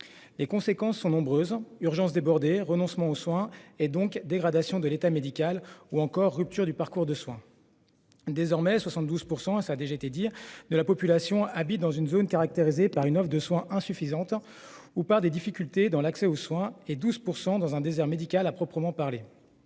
Les conséquences sont nombreuses : urgences débordées, renoncement aux soins et, en conséquence, dégradation de l'état médical ou rupture du parcours de soins. Désormais, comme cela a déjà été observé, 72 % de la population habite dans une zone caractérisée par une offre de soins insuffisante ou par des difficultés dans l'accès aux soins ; 12 % dans un désert médical à proprement parler.